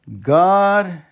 God